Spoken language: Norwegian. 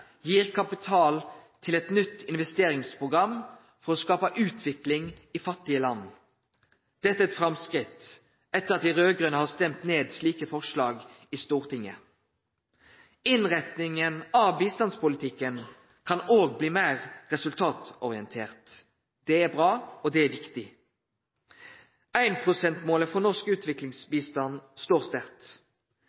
gir kapital til eit nytt investeringsprogram for å skape utvikling i fattige land. Dette er eit framskritt etter at dei raud-grøne har røysta ned slike forslag i Stortinget. Innretninga av bistandspolitikken kan òg bli meir resultatorientert. Det er bra, og det er viktig. 1 pst.-målet for norsk